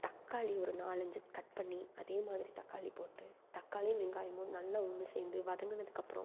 தக்காளி ஒரு நாலு அஞ்சு கட் பண்ணி அதே மாதிரி தக்காளி போட்டு தக்காளி வெங்காயமும் நல்லா ஒன்று சேர்ந்து வதங்குனதுக்கப்புறம்